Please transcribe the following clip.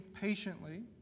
patiently